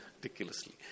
ridiculously